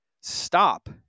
stop